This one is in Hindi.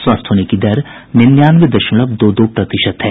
स्वस्थ होने की दर निन्यानवे दशमलव दो दो प्रतिशत है